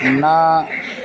न